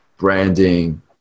branding